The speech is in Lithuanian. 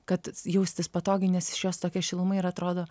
kad jaustis patogiai nes iš jos tokia šiluma ir atrodo